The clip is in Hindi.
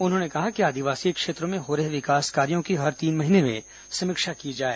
उन्होंने कहा कि आदिवासी क्षेत्रों में हो रहे विकास कार्यो की हर तीन महीने में समीक्षा की जाए